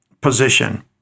position